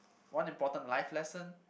one important life lesson